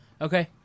Okay